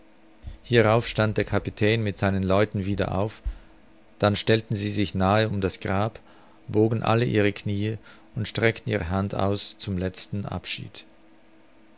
hierauf stand der kapitän mit seinen leuten wieder auf dann stellten sie sich nahe um das grab bogen alle ihre kniee und streckten ihre hand aus zum letzten abschied